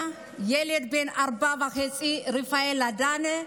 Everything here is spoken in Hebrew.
ילד בן ארבע וחצי, רפאל הדנה,